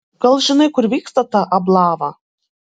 gal žinai kur vyksta ta ablava